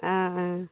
অঁ অঁ